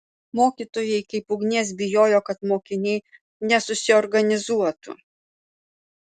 mokytojai kaip ugnies bijojo kad mokiniai nesusiorganizuotų